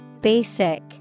Basic